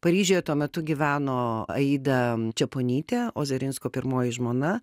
paryžiuje tuo metu gyveno aida čeponytė ozarinsko pirmoji žmona